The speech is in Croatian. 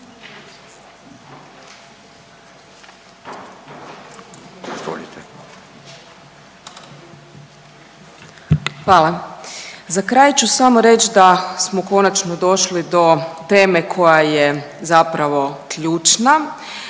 Hvala. Za kraj ću samo reći da smo konačno došli do teme koja je zapravo ključna.